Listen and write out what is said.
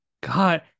God